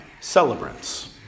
celebrants